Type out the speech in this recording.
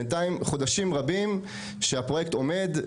בנתיים חודשים רבים שהפרויקט עומד,